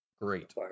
Great